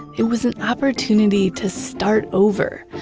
it was an opportunity to start over,